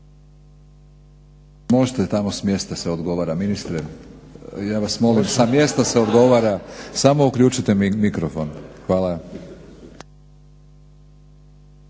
Hvala.